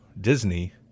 Disney